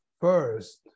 first